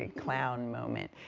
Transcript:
ah clown moment.